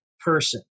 person